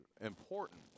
important